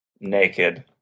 Naked